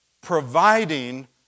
providing